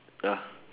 ya